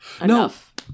enough